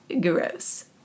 gross